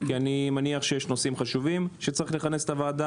כי אני מניח שיש נושאים שחשובים שצריכים לכנס את הוועדה.